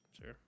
Sure